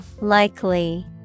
Likely